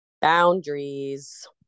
Boundaries